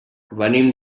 venim